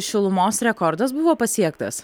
šilumos rekordas buvo pasiektas